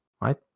right